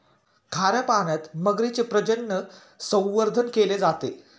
खाऱ्या पाण्यात मगरीचे प्रजनन, संवर्धन केले जाते